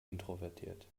introvertiert